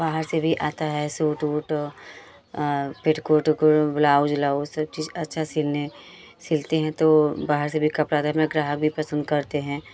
बाहर से भी आता है सूट वुट पेटीकोट उको ब्लाउज़ उलाउज़ सब चीज अच्छा सिलने सिलते हैं तो बाहर से भी कपड़ा ग्राहक भी पसंद करते हैं